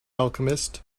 alchemist